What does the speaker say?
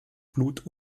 blut